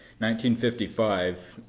1955